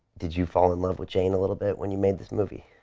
did you fall in love with jane a little bit when you made this movie?